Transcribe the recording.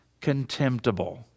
contemptible